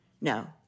No